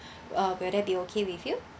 uh will that be okay with you